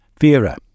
vera